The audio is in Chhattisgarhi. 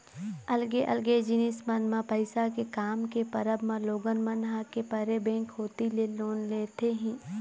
अलगे अलगे जिनिस मन म पइसा के काम के परब म लोगन मन ह के परे बेंक कोती ले लोन लेथे ही